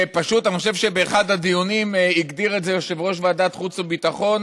אני חושב שבאחד הדיונים הגדיר את זה יושב-ראש ועדת החוץ והביטחון